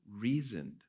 reasoned